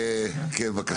בבקשה.